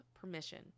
permission